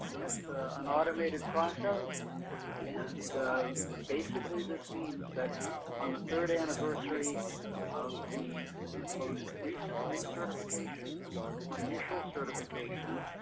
its an automated process and basically, this means that on the third anniversary of the most recent recertification or initial certification,